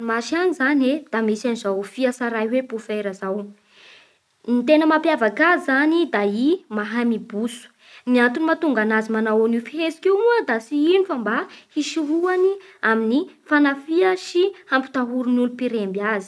masy agny zany e da misy da misy an'izao fia tsaray hoe bofera izao. Ny tena mampiavaka azy zany da i mahay mibotso. Ny antony mahatonga anazy manao an'io fihetsika io moa da tsy ino fa mba hisorohany amin'ny fanafiha sy ny hampitahorin'olo mpiremby azy.